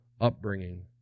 upbringing